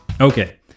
Okay